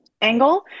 angle